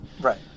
Right